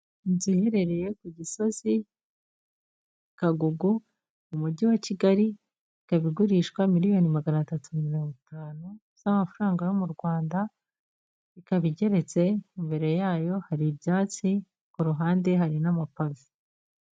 Inzu iherereye ku Gisozi Kagugu mu mujyi wa Kigali, ikaba igurishwa miliyoni magana atatu na mirongo itanu z'amafaranga yo mu Rwanda, ikaba igeretse, imbere yayo hari ibyatsi ku ruhande hari n'amapave.